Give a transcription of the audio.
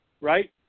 right